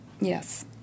Yes